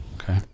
Okay